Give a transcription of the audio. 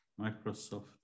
Microsoft